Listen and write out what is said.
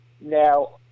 Now